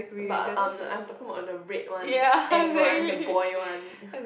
but I'm I'm talking about the red one Anng one the boy one